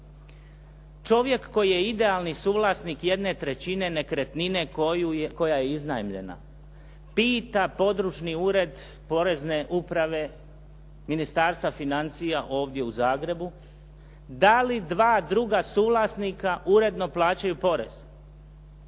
Čovjek koji je idealni suvlasnik jedne trećine nekretnine koja je iznajmljena pita područni ured porezne uprave Ministarstva financija ovdje u Zagrebu da li dva druga suvlasnika uredno plaćaju porez?